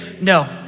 no